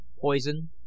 Poison